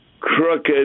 crooked